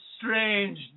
strange